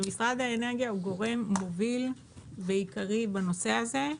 ומשרד האנרגיה הוא גורם מוביל ועיקרי בנושא הזה,